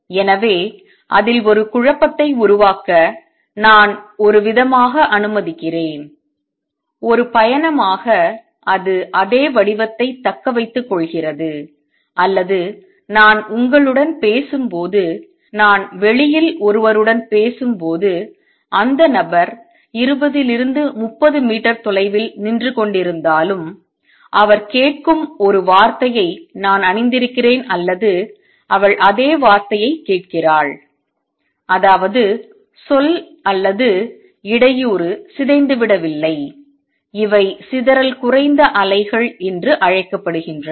எனவே அதில் ஒரு குழப்பத்தை உருவாக்க நான் ஒரு விதமாக அனுமதிக்கிறேன் ஒரு பயணமாக அது அதே வடிவத்தைத் தக்க வைத்துக் கொள்கிறது அல்லது நான் உங்களுடன் பேசும்போது நான் வெளியில் ஒருவருடன் பேசும்போது அந்த நபர் 20 30 மீட்டர் தொலைவில் நின்று கொண்டிருந்தாலும் அவர் கேட்கும் ஒரு வார்த்தையை நான் அணிந்திருக்கிறேன் அல்லது அவள் அதே வார்த்தையைக் கேட்கிறாள் அதாவது சொல் அல்லது இடையூறு சிதைந்துவிடவில்லை இவை சிதறல் குறைந்த அலைகள் என்று அழைக்கப்படுகின்றன